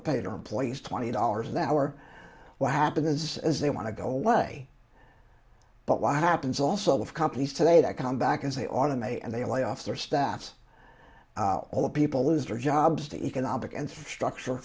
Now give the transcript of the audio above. to pay their employees twenty dollars an hour what happened is is they want to go away but what happens also with companies today that come back and say automate and they layoff their staffs all the people lose their jobs to economic and structur